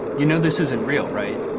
you know this isn't real, right?